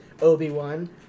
Obi-Wan